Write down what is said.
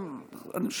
אני חושב,